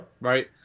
right